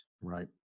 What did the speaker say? Right